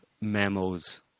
memos